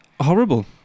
horrible